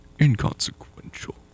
inconsequential